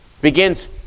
Begins